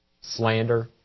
slander